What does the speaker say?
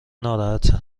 ناراحته